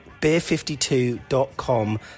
Beer52.com